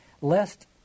lest